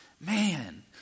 man